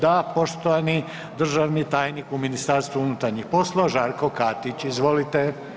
Da, poštovani državni tajnik u MUP-u Žarko Katić, izvolite.